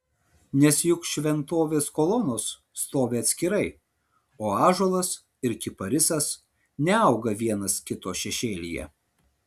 nes juk šventovės kolonos stovi atskirai o ąžuolas ir kiparisas neauga vienas kito šešėlyje